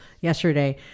yesterday